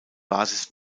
basis